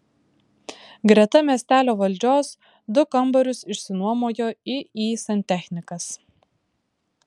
greta miestelio valdžios du kambarius išsinuomojo iį santechnikas